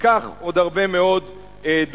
וכך עוד הרבה מאוד דוגמאות.